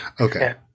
Okay